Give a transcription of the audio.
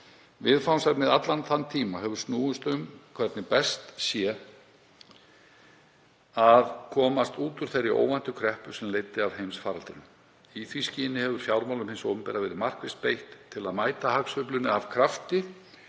Viðfangsefnið allan þann tíma hefur snúist um hvernig best sé að komast út úr þeirri óvæntu kreppu sem leiddi af heimsfaraldri. Í því skyni hefur fjármálum hins opinbera verið markvisst beitt til að mæta hagsveiflunni af krafti